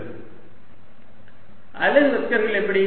x rsinθcosϕ y rsinθsinϕ tanϕ yx அலகு வெக்டர்கள் எப்படி